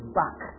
back